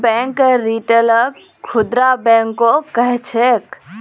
bank रिटेलक खुदरा बैंको कह छेक